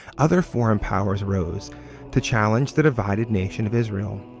other foreign powers rose to challenge the divided nation of israel.